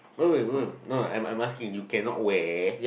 no I'm asking you cannot wear